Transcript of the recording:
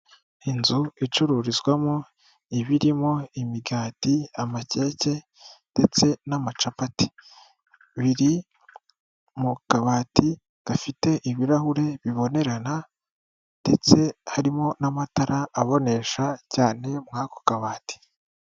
Inzu icururizwamo ibirimo imigati ,amakeke, ndetse n'amacupati, biri mu kabati gafite ibirahuri bibonerana ndetse harimo n'amatara abonesha cyane muri ako kabati.